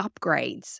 upgrades